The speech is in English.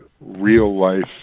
real-life